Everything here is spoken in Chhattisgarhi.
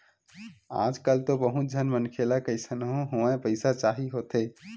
आजकल तो बहुत झन मनखे ल कइसनो होवय पइसा चाही होथे